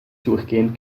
durchgehend